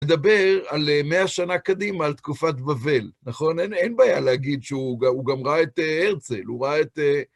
נדבר על מאה שנה קדימה, על תקופת בבל, נכון? אין בעיה להגיד שהוא גם ראה את הרצל, הוא ראה את...